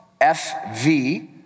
FV